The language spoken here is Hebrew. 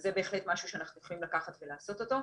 זה בהחלט משהו שאנחנו יכולים לקחת ולעשות אותו.